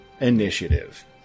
initiative